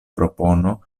propono